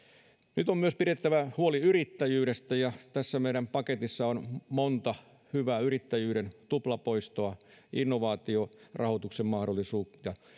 nyt on myös pidettävä huoli yrittäjyydestä ja tässä meidän paketissa on monta hyvää asiaa tuplapoistoa innovaatiorahoituksen mahdollisuutta